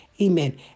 Amen